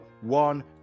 one